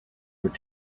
were